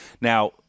Now